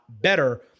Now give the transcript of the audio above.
better